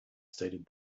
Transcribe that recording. stated